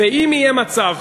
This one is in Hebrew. ואם יהיה מצב,